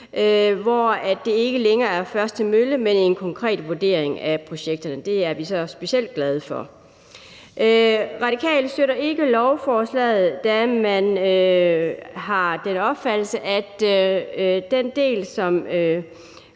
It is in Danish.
men afgøres ud fra en konkret vurdering af projekterne. Det er vi så specielt glade for. Radikale støtter ikke lovforslaget, da vi har den opfattelse, at den del, som